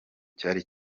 cyari